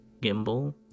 gimbal